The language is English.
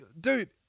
dude